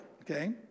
Okay